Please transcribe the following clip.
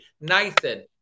Nathan